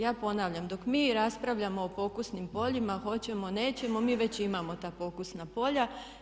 Ja ponavljam, dok mi raspravljamo o pokusnim poljima hoćemo, nećemo mi već imamo ta pokusna polja.